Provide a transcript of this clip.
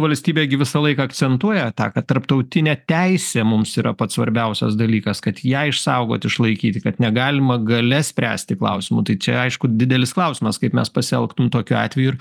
valstybė gi visą laiką akcentuoja tą kad tarptautinė teisė mums yra pats svarbiausias dalykas kad ją išsaugot išlaikyti kad negalima galia spręsti klausimų tai čia aišku didelis klausimas kaip mes pasielgtum tokiu atveju ir